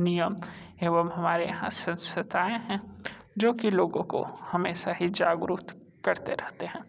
नियम एवं हमारे यहाँ संस्थाएं हैं जो कि लोगों को हमेशा ही जागरूक करते रहते हैं